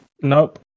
Nope